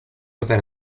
opere